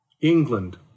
England